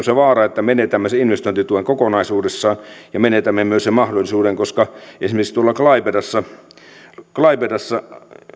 se vaara että menetämme sen investointituen kokonaisuudessaan ja menetämme myös sen mahdollisuuden esimerkiksi tuolla klaipedassa klaipedassa